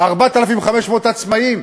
4,500 לעצמאים,